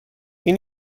این